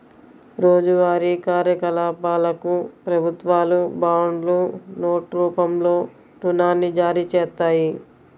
రోజువారీ కార్యకలాపాలకు ప్రభుత్వాలు బాండ్లు, నోట్ రూపంలో రుణాన్ని జారీచేత్తాయి